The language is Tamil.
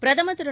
பிரதமர் திரு